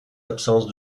absences